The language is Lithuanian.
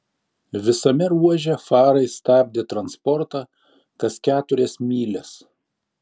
visame ruože farai stabdė transportą kas keturias mylias